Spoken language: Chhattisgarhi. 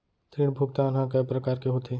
ऋण भुगतान ह कय प्रकार के होथे?